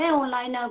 online